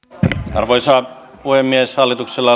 arvoisa puhemies hallituksella